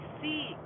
see